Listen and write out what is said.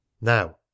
Now